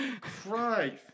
Christ